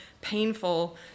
painful